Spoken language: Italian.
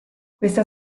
questa